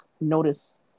notice